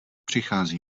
přichází